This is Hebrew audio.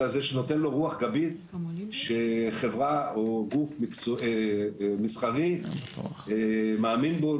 אלא זה שנותן לו רוח גבית שחברה או גוף מסחרי מאמין בו,